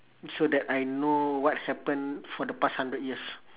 so that I know what happen for the past hundred years